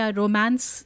romance